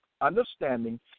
understanding